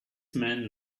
man